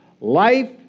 life